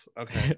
Okay